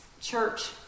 church